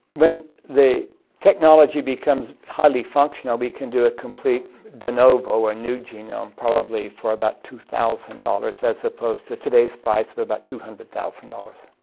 when the technology becomes highly functional we can do a complete de novo or new genome probably for about two thousand dollars as opposed to today's price of about two hundred thousand dollars.